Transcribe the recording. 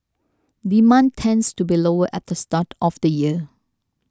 demand tends to be lower at the start of the year